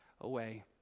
away